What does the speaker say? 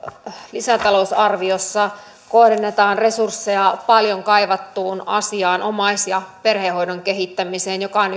lisätalousarviossa kohdennetaan resursseja paljon kaivattuun asiaan omais ja perhehoidon kehittämiseen joka on